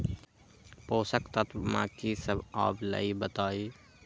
पोषक तत्व म की सब आबलई बताई?